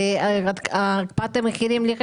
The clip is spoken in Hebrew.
ומה קרה?